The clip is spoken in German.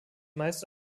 meist